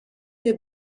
des